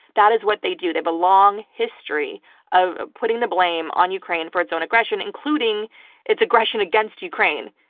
that is what they do. they have a long history of putting the blame on ukraine for its own aggression, including its aggression against ukraine.